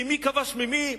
כי מי כבש ממי,